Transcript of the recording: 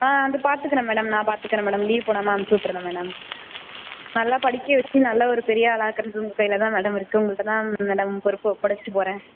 ஆ வந்து பார்த்துக்கிறேன் மேடம் நான் பார்த்துக்கிறேன் மேடம் லீவு போடாமல் அனுப்ச்சிவிட்டுறேன் மேடம் நல்லா படிக்கவச்சு நல்ல ஒரு பெரிய ஆளாக்குறது உங்கள் கைல தான் மேடம் இருக்கு உங்கள்கிட்ட தான் மேடம் பொறுப்பை ஒப்படைச்சிட்டு போகறேன்